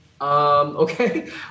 Okay